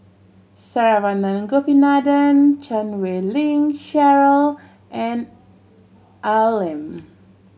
Saravanan Gopinathan Chan Wei Ling Cheryl and Al Lim